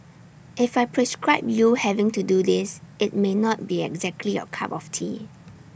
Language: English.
if I prescribe you having to do this IT may not be exactly your cup of tea